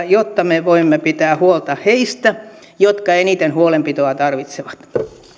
jotta me voimme pitää huolta heistä jotka eniten huolenpitoa tarvitsevat